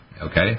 Okay